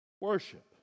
worship